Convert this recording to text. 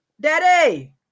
Daddy